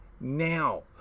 now